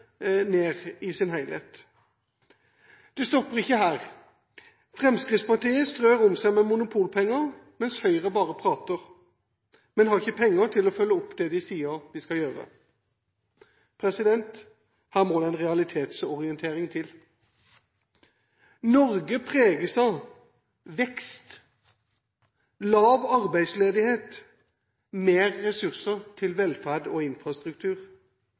ned i sin helhet. Det stopper ikke her. Fremskrittspartiet strør om seg med monopolpenger, mens Høyre bare prater. De har ikke penger til å følge opp det de sier de skal gjøre. Her må det en realitetsorientering til. Norge preges av vekst, lav arbeidsledighet, mer ressurser til velferd og infrastruktur.